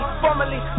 formerly